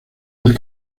del